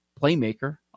playmaker